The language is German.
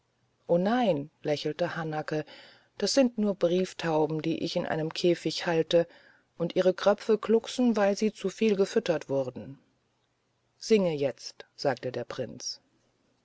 o nein lächelte hanake das sind nur brieftauben die ich in einem käfig halte und ihre kröpfe glucksen weil sie zu viel gefüttert wurden singe jetzt sagte der prinz